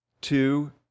two